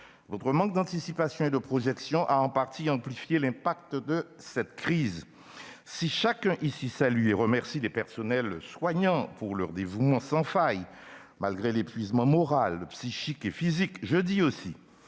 votre manque d'anticipation et de projection a, en partie, amplifié les effets de cette crise. Si, comme chacun ici, je salue et remercie les personnels soignants pour leur dévouement sans faille, malgré leur épuisement moral, psychique et physique, je dis aussi